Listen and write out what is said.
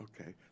Okay